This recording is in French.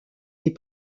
les